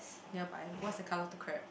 nearby what's the colour of the crab